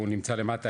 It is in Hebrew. הוא נמצא למטה,